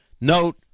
note